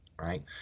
right